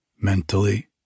mentally